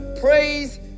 praise